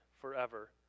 forever